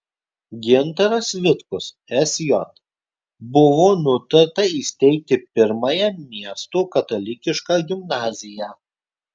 gintaras vitkus sj buvo nutarta įsteigti pirmąją miesto katalikišką gimnaziją